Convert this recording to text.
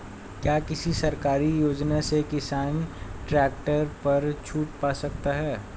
क्या किसी सरकारी योजना से किसान ट्रैक्टर पर छूट पा सकता है?